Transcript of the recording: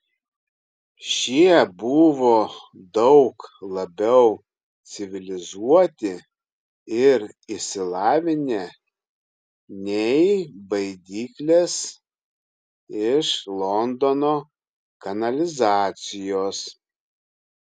šie buvo daug labiau civilizuoti ir išsilavinę nei baidyklės iš londono kanalizacijos